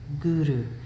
Guru